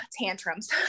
tantrums